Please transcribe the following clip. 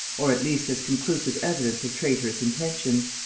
or at least as conclusive evidence of traitorous intentions.